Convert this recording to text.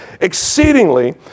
exceedingly